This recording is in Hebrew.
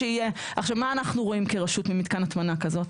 עכשיו, מה אנחנו רואים כרשות עם מתקן הטמנה כזאת?